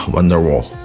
Wonderwall 。